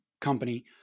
company